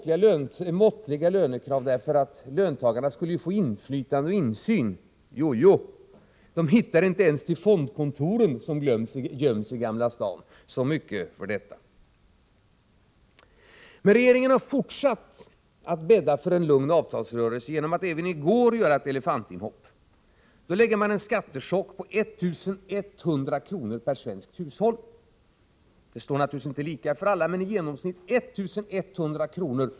Löntagarna skulle vidare få inflytande och insyn i företagen. Jojo! De hittade inte ens till fondkontoren, som gömts i Gamla stan. Regeringen har fortsatt att bädda för en ”lugn” avtalsrörelse genom gårdagens elefantinhopp, när man kommer med en skattechock som i genomsnitt kostar 1100 kr.